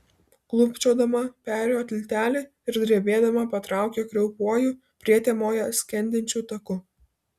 klūpčiodama perėjo tiltelį ir drebėdama patraukė kraupiuoju prietemoje skendinčiu taku